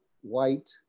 white